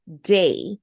day